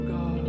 God